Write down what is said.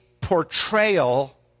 portrayal